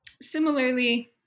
Similarly